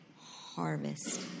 harvest